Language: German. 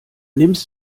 nimmst